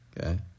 Okay